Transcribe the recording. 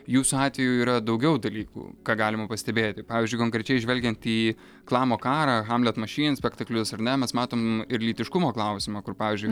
jūsų atveju yra daugiau dalykų ką galima pastebėti pavyzdžiui konkrečiai žvelgiant į klamo karą hamlet mašyn spektaklius ar ne mes matom ir lytiškumo klausimą kur pavyzdžiui